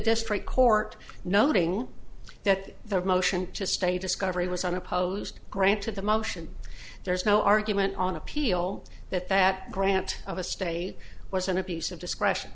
district court noting that the motion to stay discovery was unopposed granted the motion there's no argument on appeal that that grant of a stay was in a piece of discretion